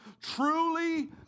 truly